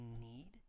need